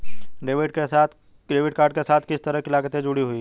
Debit card के साथ किस तरह की लागतें जुड़ी हुई हैं?